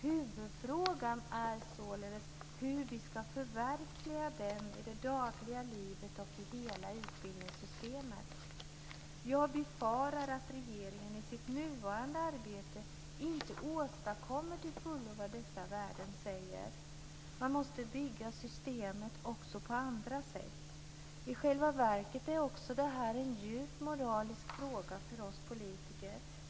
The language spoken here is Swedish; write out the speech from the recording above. Huvudfrågan är således hur vi ska förverkliga dem i det dagliga livet och i hela utbildningssystemet. Jag befarar att regeringen i sitt nuvarande arbete inte till fullo åstadkommer vad dess värden säger. Man måste bygga systemet också på andra sätt. I själva verket är det här en djupt moralisk fråga för oss politiker.